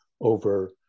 over